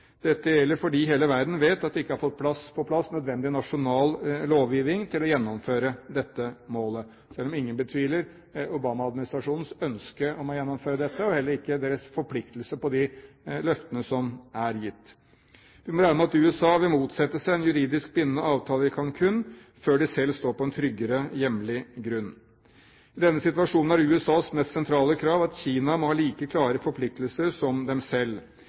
Dette gjelder fordi hele verden vet at de ikke har fått på plass nødvendig nasjonal lovgivning til å gjennomføre dette målet – selv om ingen betviler Obama-administrasjonens ønske om å gjennomføre dette og heller ikke deres forpliktelser på de løftene som er gitt. Vi må regne med at USA vil motsette seg en juridisk bindende avtale i Cancún, før de selv står på en tryggere hjemlig grunn. I denne situasjonen er USAs mest sentrale krav at Kina må ha like klare forpliktelser som dem selv.